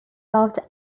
after